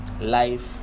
life